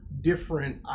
different